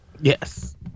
Yes